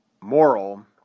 moral